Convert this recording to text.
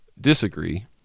disagree